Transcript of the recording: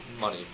money